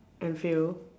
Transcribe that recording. and field